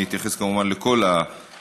אני אתייחס, כמובן, לכל השאלות.